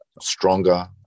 stronger